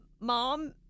Mom